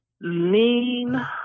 Lean